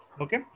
okay